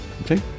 okay